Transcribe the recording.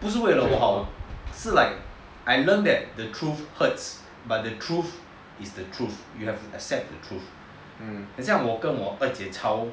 不是为了我好是 like I learnt that the truth hurts but the truth is the truth and you have to accept the truth 很像我跟我二姐吵